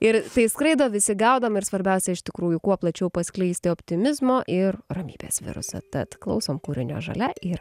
ir tai skraido visi gaudom ir svarbiausia iš tikrųjų kuo plačiau paskleisti optimizmo ir ramybės virusą tad klausom kūrinio žalia ir